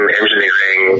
engineering